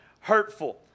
hurtful